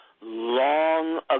long